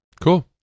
Cool